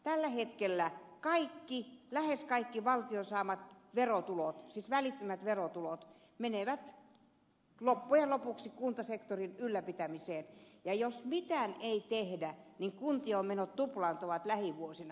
tällä hetkellä lähes kaikki valtion saamat välittömät verotulot menevät loppujen lopuksi kuntasektorin ylläpitämiseen ja jos mitään ei tehdä kuntien menot tuplaantuvat lähivuosina